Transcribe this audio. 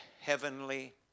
heavenly